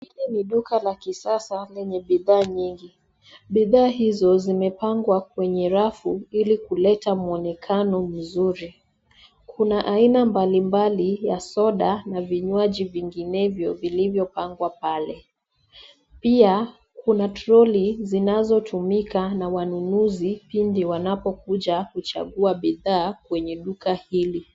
Hili ni duka la kisasa lenye bidhaa nyingi. Bidhaa hizo zimepangwa kwenye rafu ili kuleta muonekano .Kuna aina mbalimbali ya soda na vinywaji vinginevyo vilivyopangwa pale, pia kuna troli zinazotumika na wanunuzi pindi wanapokuja kuchagua bidhaa kwenye duka hili.